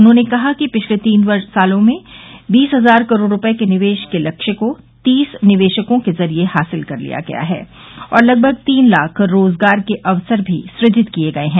उन्होंने कहा कि पिछले तीन सालों में बीस हजार करोड़ रूपये के निवेश के लक्ष्य को तीस निवेशकों के जरिये अर्जित कर लिया गया है और लगभग तीन लाख रोजगार के अवसर भी सुजित किये गये हैं